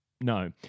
No